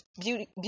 beauty